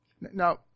Now